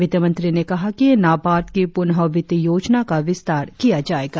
वित्तमंत्री ने कहा कि नावार्ड की पुनवित्त योजना का विस्तार किया जाएगा